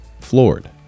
floored